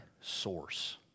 source